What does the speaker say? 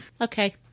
Okay